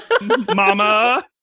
mama